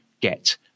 get